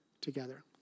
together